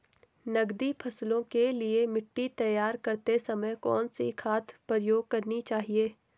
नकदी फसलों के लिए मिट्टी तैयार करते समय कौन सी खाद प्रयोग करनी चाहिए?